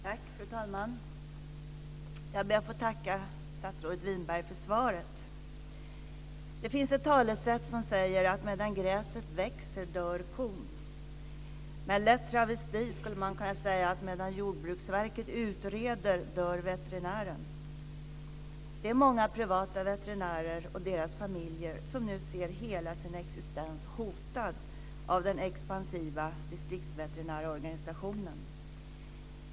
Fru talman! Jag ber att få tacka statsrådet Winberg för svaret. Det finns ett talesätt som säger att medan gräset växer dör kon. Med lätt travesti skulle man kunna säga att medan Jordbruksverket utreder dör veterinären. Det är många privata veterinärer och deras familjer som nu ser hela sin existens hotad av den expansiva distriktsveterinärorganisationen.